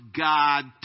God